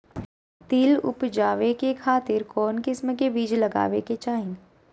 तिल उबजाबे खातिर कौन किस्म के बीज लगावे के चाही?